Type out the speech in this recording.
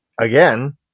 again